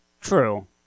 True